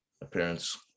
appearance